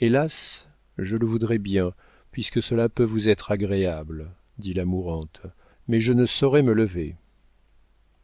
hélas je le voudrais bien puisque cela peut vous être agréable dit la mourante mais je ne saurais me lever